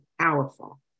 powerful